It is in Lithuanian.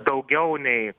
daugiau nei